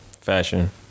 fashion